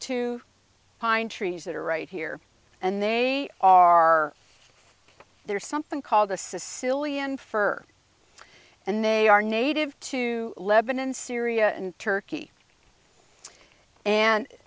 two pine trees that are right here and they are there's something called the sicilian fur and they are native to lebanon syria and turkey and